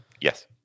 Yes